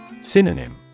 Synonym